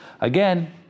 again